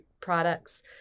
products